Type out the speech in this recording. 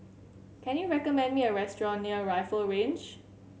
can you recommend me a restaurant near Rifle Range